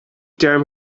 term